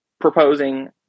proposing